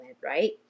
right